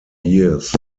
years